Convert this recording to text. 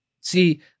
See